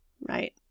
right